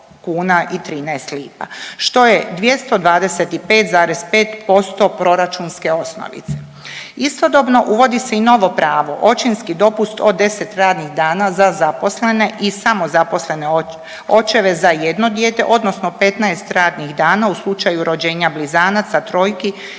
uvodi se i novo pravo, očinski dopust od 10 radnih dana za zaposlene i samozaposlene očeve za jedno dijete odnosno 15 radnih dana u slučaju rođenja blizanaca, trojki ili